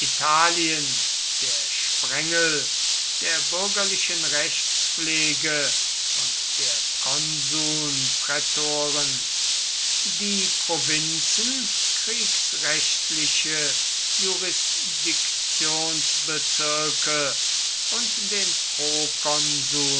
italien der sprengel der bürgerlichen rechtspflege und der konsuln prätoren die provinzen kriegsrechtliche jurisdiktionsbezirke und den